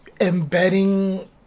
embedding